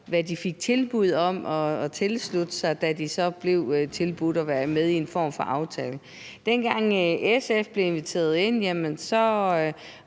hvad de fik tilbud om at tilslutte sig, da de så blev tilbudt at være med i en form for aftale. Dengang SF blev inviteret ind, var